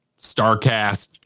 StarCast